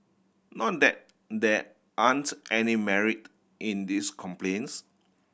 not that there aren't any merit in these complaints